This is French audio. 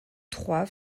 trois